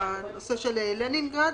הנושא של לנינגרד,